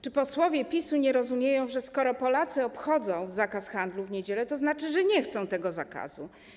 Czy posłowie PiS-u nie rozumieją, że skoro Polacy obchodzą zakaz handlu w niedziele, to oznacza to, że nie chcą tego zakazu?